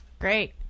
Great